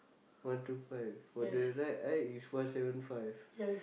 one two five for the right eye is one seven five